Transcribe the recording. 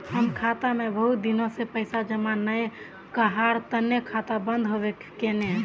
हम खाता में बहुत दिन से पैसा जमा नय कहार तने खाता बंद होबे केने?